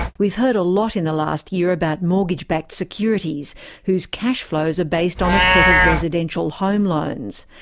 we've heard a lot in the last year about mortgage-backed securities whose cash flows are based on a set of residential home loans.